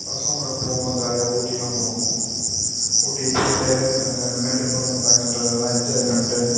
பசங்க கூட போவோம் ஜாலியாக ஊட்டிலாம் போவோம் ஊட்டிக்கு போய்விட்டு அங்கே மேட்டுப்பாளையம் பிளாக் தண்டர் இதல்லாம் என்ஜாய் பண்ணிவிட்டு